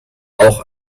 auch